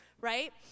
right